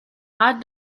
add